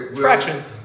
Fractions